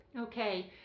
okay